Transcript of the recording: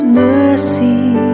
mercy